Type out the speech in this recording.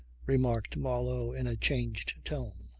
remarked marlow in a changed tone.